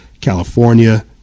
California